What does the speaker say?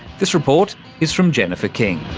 this report is from jennifer king.